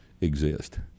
exist